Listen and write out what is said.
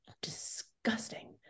disgusting